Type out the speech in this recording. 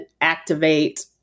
activate